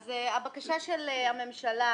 הבקשה של הממשלה,